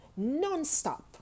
nonstop